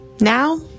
Now